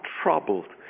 troubled